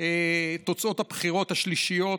תוצאות הבחירות השלישיות,